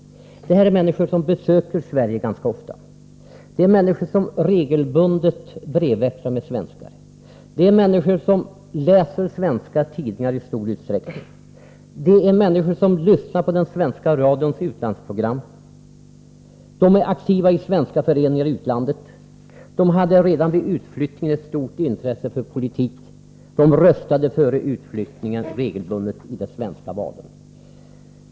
Det är människor som besöker Sverige ganska ofta, människor som regelbundet brevväxlar med svenskar och som läser svenska tidningar i stor utsträckning. Det är människor som lyssnar på svenska radions utlandsprogram. De är aktiva i svenska föreningar i utlandet. De hade redan vid utflyttning stort intresse för politik. De röstade före utflyttningen regelbundet i de svenska valen.